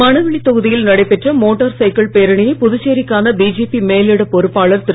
மணவெளி தொகுதியில் நடைபெற்ற motorcycle பேரணியை புதுச்சேரிக்கான பிஜேபி மேலிட பொறுப்பாளர் திரு